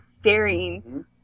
staring